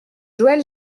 joël